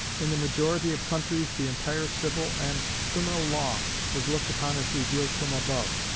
in the majority of countries the entire civil and criminal law was looked upon as revealed from above